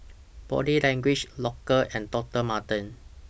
Body Language Loacker and Doctor Martens